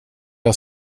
jag